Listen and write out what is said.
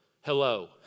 hello